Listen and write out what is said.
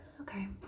Okay